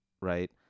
Right